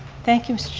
thank you.